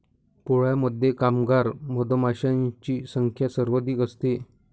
पोळ्यामध्ये कामगार मधमाशांची संख्या सर्वाधिक असते